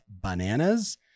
bananas